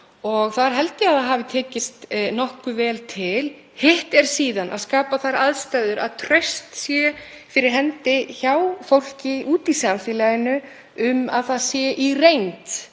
Þar held ég að tekist hafi nokkuð vel til. Hitt er síðan að skapa þær aðstæður að traust sé fyrir hendi hjá fólki úti í samfélaginu um að það sé í reynd